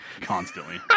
constantly